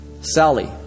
Sally